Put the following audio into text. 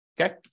okay